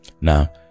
now